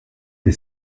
the